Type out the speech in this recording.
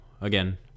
again